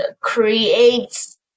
creates